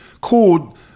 called